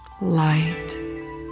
light